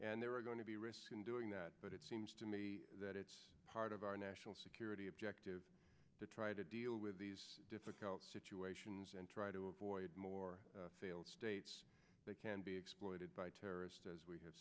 nd there are going to be risk in doing that but it seems to me that it's part of our national security objective to try to deal with these difficult situations and try to avoid more failed states that can be exploited by terrorists as we have